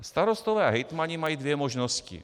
Starostové a hejtmani mají dvě možnosti.